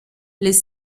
les